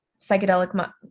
psychedelic